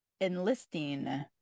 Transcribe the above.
enlisting